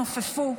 נופפו,